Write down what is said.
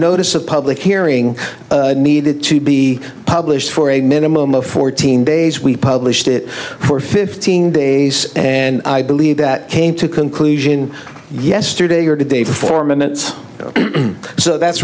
notice a public hearing needed to be published for a minimum of fourteen days we published it for fifteen days and i believe that came to a conclusion yesterday or today for four minutes so that's